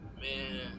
Man